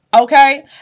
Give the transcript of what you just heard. Okay